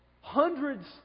hundreds